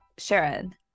Sharon